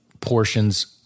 portions